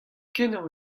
kenañ